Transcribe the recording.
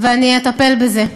ואני אטפל בזה.